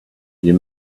you